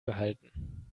behalten